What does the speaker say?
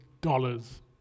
dollars